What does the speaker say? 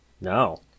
No